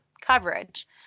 coverage